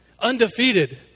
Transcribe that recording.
Undefeated